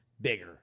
bigger